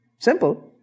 simple